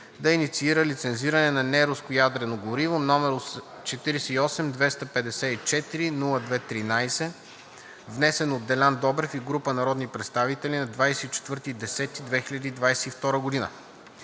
да инициира лицензиране на неруско ядрено гориво, № 48-254-02-13, внесен от Делян Добрев и група народни представители на 24